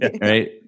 right